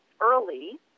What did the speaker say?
early